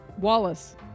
Wallace